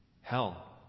hell